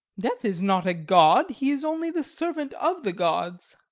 death is not a god. he is only the servant of the gods.